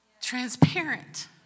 transparent